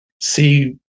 see